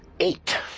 Eight